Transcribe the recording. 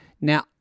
Now